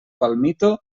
palmito